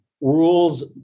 Rules